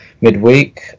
midweek